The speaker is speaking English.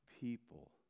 people